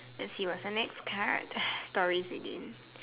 let's see what's the next card stories again